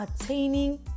attaining